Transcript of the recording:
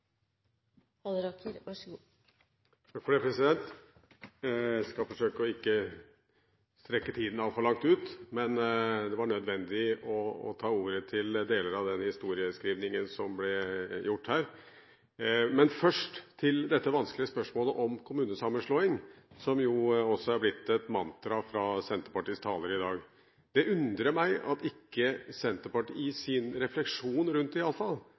Jeg skal forsøke ikke å trekke ut dette altfor langt, men det var nødvendig å ta ordet til deler av den historieskrivningen som ble gjort her. Først til dette vanskelige spørsmålet om kommunesammenslåing, som også er blitt et mantra fra Senterpartiets talere i dag. Det undrer meg at ikke Senterpartiet i sin refleksjon rundt